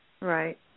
Right